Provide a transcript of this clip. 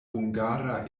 hungara